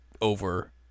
over